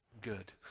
good